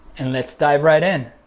and let's dive right in.